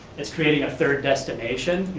it's creating a third destination.